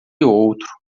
outro